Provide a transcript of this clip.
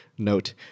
note